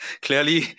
clearly